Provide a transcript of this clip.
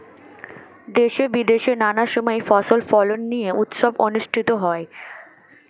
দেশে বিদেশে নানা সময় ফসল ফলন নিয়ে উৎসব অনুষ্ঠিত হয়